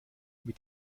mit